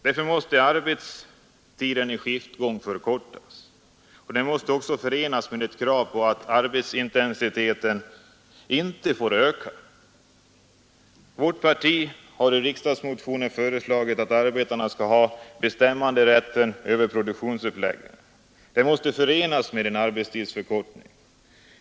Därför måste arbetstiden i skiftgång förkortas, och detta måste förenas med ett krav på att arbetsintensiteten inte får öka. Vårt parti har i riksdagsmotioner föreslagit att arbetarna skall ha bestämmanderätten över produktionsuppläggningen. Detta måste förenas med en arbetstidsförkortning.